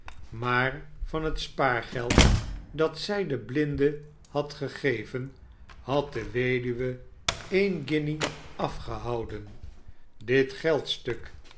maar van het spaargeld dat zij den blrade had gegeveiy had de weduwe e'en guinje afgehouden dit geldstuk